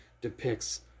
depicts